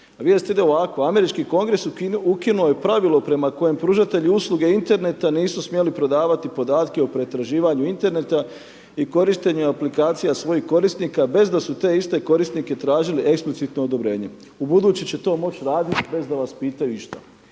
vijest ide ovako, američki Kongres ukinuo je pravilo prema kojem pružatelji usluge Interneta nisu smjeli prodavati podatke o pretraživanju Interneta i korištenja aplikacija svojih korisnika bez da su te iste korisnike tražili eksplicitno odobrenje. Ubuduće će to moći raditi bez da vas pitaju išta.